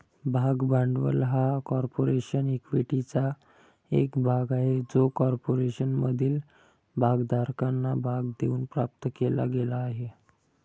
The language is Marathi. भाग भांडवल हा कॉर्पोरेशन इक्विटीचा एक भाग आहे जो कॉर्पोरेशनमधील भागधारकांना भाग देऊन प्राप्त केला गेला आहे